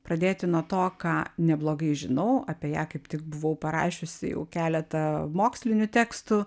pradėti nuo to ką neblogai žinau apie ją kaip tik buvau parašiusi jau keletą mokslinių tekstų